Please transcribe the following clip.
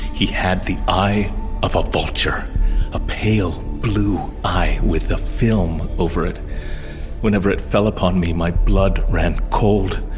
he had the eye of a vulture a pale blue eye with the film over it whenever it fell upon me my blood run cold.